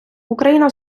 україна